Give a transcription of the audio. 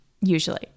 usually